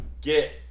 get